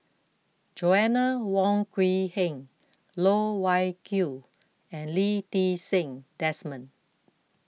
Joanna Wong Quee Heng Loh Wai Kiew and Lee Ti Seng Desmond